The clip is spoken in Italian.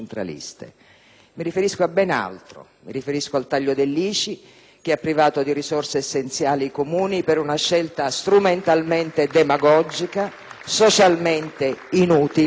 che ha privato di risorse essenziali i Comuni per una scelta strumentalmente demagogica, socialmente inutile, dannosissima per le municipalità e cui non corrisponde ancora